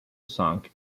sunk